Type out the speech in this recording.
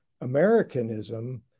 Americanism